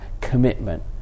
commitment